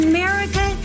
America